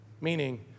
meaning